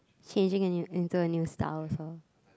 changing a new into a new style also